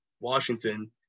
Washington